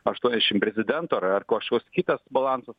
aštuoniasdešim prezidento ar ar kažkoks kitas balansas